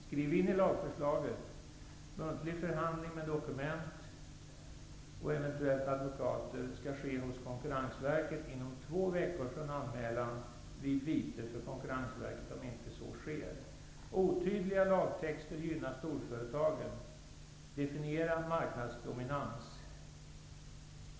Skriv in i lagförslaget att muntlig förhandling med dokument och eventuell advokat skall ske hos Konkurrensverket inom två veckor från anmälan, vid vite för Konkurrensverket om så inte sker! Otydliga lagtexter gynnar storföretagen. Ordet marknadsdominans måste definieras.